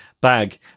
bag